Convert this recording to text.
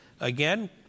Again